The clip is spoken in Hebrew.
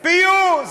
פיוס.